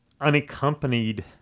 unaccompanied